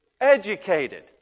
Educated